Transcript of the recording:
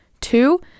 two